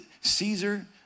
Caesar